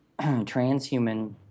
Transhuman